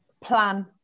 plan